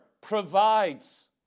provides